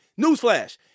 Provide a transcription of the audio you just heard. newsflash